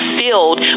filled